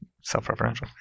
self-referential